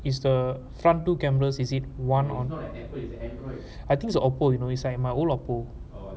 is the front two cameras is it one or not and I think the oppo you know inside my old apple